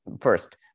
first